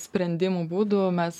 sprendimų būdų o mes